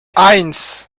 eins